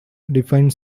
define